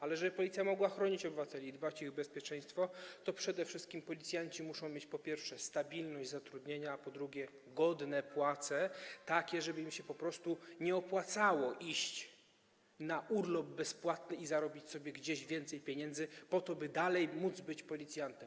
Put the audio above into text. Ale żeby Policja mogła chronić obywateli i dbać o ich bezpieczeństwo, to przede wszystkim policjanci muszą mieć, po pierwsze, stabilność zatrudnienia, a po drugie, godne płace, takie, żeby im się po prostu nie opłacało iść na urlop bezpłatny i zarabiać sobie gdzieś więcej pieniędzy po to, by dalej móc być policjantami.